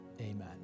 Amen